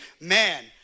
man